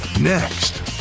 Next